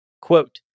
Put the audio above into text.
Quote